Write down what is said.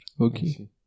Okay